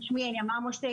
שמי הניה מרמורשטיין,